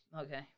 Okay